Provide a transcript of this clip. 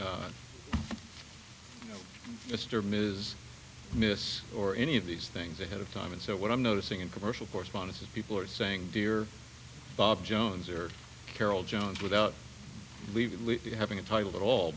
using mr ms miss or any of these things ahead of time and so what i'm noticing in commercial correspondence that people are saying dear bob jones or carole jones without leave you having a title at all